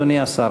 אדוני השר.